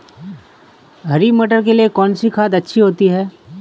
हरी मटर के लिए कौन सी खाद अच्छी होती है?